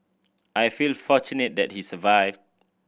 I feel fortunate that he survived